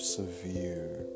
severe